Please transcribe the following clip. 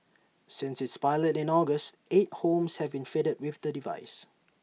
since its pilot in August eight homes have been fitted with the device